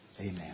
amen